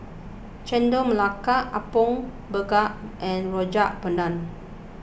Chendol Melaka Apom Berkuah and Rojak Bandung